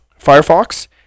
firefox